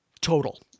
Total